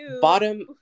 Bottom